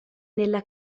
nella